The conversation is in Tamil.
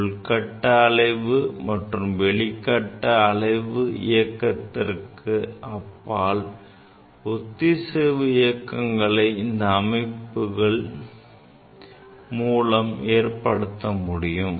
உள்கட்ட அலைவு மற்றும் வெளிகட்ட அலைவு இயக்கங்களுக்கு அப்பால் ஒத்திசைவு இயக்கங்களை இந்த அமைப்பின் மூலம் ஏற்படுத்த முடியும்